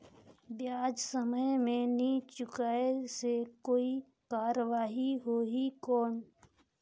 ब्याज समय मे नी चुकाय से कोई कार्रवाही होही कौन?